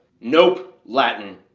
nope, latin.